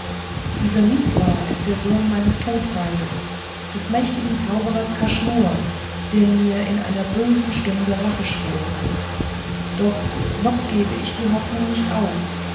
dieser mizra ist der sohn meines todfeindes des mächtigen zauberers kaschnur der mir in einer bösen stunde rache schwur aber noch gebe ich die hoffnung nicht auf